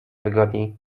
wygodniej